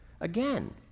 again